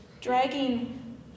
dragging